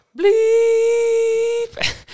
bleep